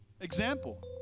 example